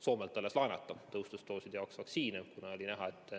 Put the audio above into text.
Soomelt laenata tõhustusdooside jaoks vaktsiine, kuna oli näha, et